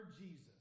Jesus